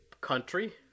country